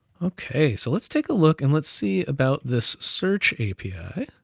okay, so let's take a look, and let's see about this search api.